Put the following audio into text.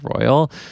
royal